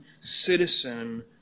citizen